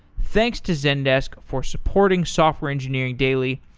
thanks to zendesk for supporting software engineering daily,